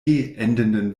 endenden